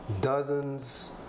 Dozens